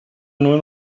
nur